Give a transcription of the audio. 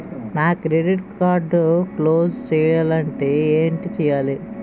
నా credit card close చేయాలంటే ఏంటి చేయాలి?